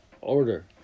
order